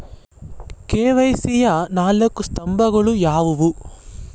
KYC ಯ ನಾಲ್ಕು ಸ್ತಂಭಗಳು ಯಾವುವು?